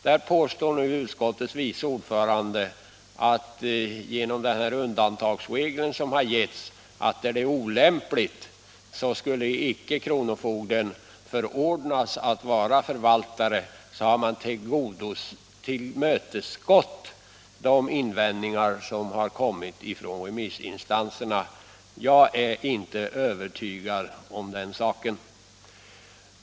Nu påstår utskottets vice ordförande att genom den här undantagsregeln, som är olämplig, skulle icke kronofogde förordnas att vara förvaltare och då skulle man ha tillmötesgått de invändningar som har kommit från remissinstanserna. Jag är inte övertygad om den saken.